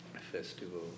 Festival